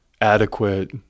adequate